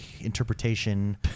interpretation